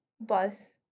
bus